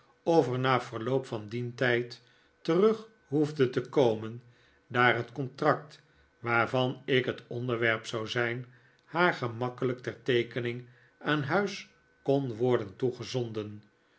er na verloop van dien tijd terug hoefde te komen daar het contract waarvan ik het onderwerp zou zijn haar gemakkelijk ter teekening aan huis kon worden toegezonden